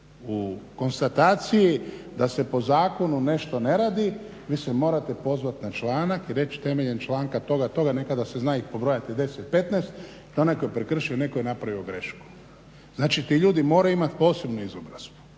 u konstataciji da se po zakonu nešto ne radi, vi se morate pozvati na članak i reći temeljem članka toga, toga, nekada se zna pobrojati 10, 15, to je onaj koji je prekršio, ne koji je napravio grešku. Znači, ti ljudi moraju imati posebnu izobrazbu